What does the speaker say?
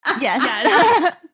yes